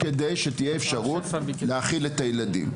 בכדי שתהיה אפשרות להכיל את הילדים.